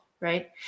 Right